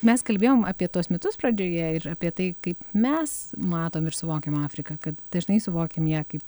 mes kalbėjom apie tuos mitus pradžioje ir apie tai kaip mes matom ir suvokiam afriką kad dažnai suvokiam ją kaip